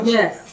Yes